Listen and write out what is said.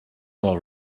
all